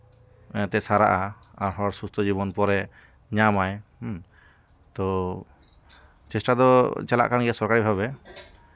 ᱚᱱᱟᱛᱮ ᱥᱟᱨᱟᱜᱼᱟ ᱟᱨ ᱦᱚᱲ ᱥᱩᱥᱛᱷᱚ ᱡᱤᱵᱚᱱ ᱯᱚᱨᱮ ᱧᱟᱢ ᱟᱭ ᱦᱮᱸ ᱛᱳ ᱪᱮᱥᱴᱟ ᱫᱚ ᱪᱟᱞᱟᱜ ᱠᱟᱱ ᱜᱮᱭᱟ ᱥᱚᱨᱠᱟᱨᱤ ᱵᱷᱟᱵᱮ